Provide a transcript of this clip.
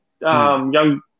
Young